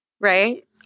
right